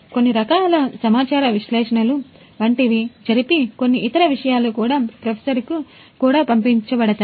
కొన్ని రకాల సమాచార విశ్లేషణలు వంటివి జరిపి కొన్ని ఇతర విషయాలు కూడా ప్రొఫెసర్కు కూడా పంపబడతాయి